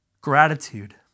gratitude